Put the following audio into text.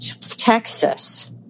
Texas